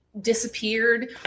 disappeared